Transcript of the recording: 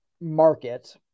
market